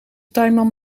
tuinman